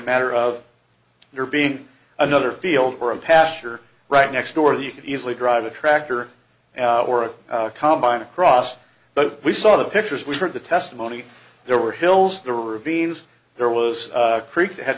a matter of there being another field or a pasture right next door you could easily drive a tractor or a combine across but we saw the pictures we heard the testimony there were hills the ravines there was creeks it ha